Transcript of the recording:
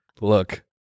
look